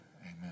Amen